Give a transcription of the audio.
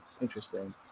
Interesting